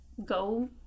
go